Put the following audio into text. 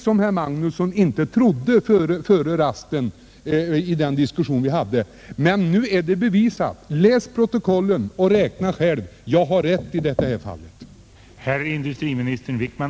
Herr Magnusson ville inte tro på detta under den diskussion vi hade före middagsrasten, men det är ett faktum att så är fallet. Läs protokollen och räkna själv! Jag har rätt i det påstående jag har gjort.